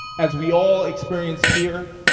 as we all experienced here,